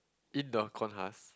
in the corn husk